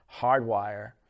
hardwire